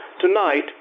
Tonight